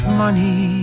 money